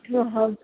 ಓ ಹೌದ